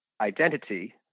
identity